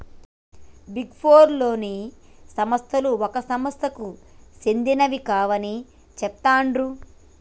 big four లోని సంస్థలు ఒక సంస్థకు సెందినవి కావు అని చెబుతాండ్రు